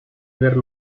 ver